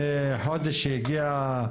כשהיא הגיעה,